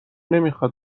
نمیخاد